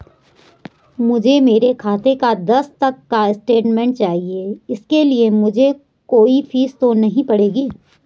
मुझे मेरे खाते का दस तक का स्टेटमेंट चाहिए इसके लिए मुझे कोई फीस तो नहीं पड़ेगी?